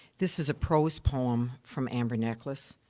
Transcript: this is a prose poem from amber necklace,